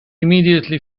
immediately